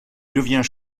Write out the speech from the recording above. devient